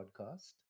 podcast